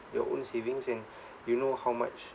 your own savings and you know how much